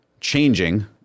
changing